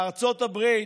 בארצות הברית,